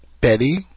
Betty